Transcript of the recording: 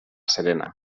serena